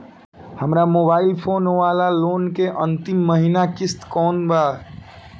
हमार mobile phone वाला loan के अंतिम महिना किश्त कौन बा?